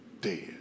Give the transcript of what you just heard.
dead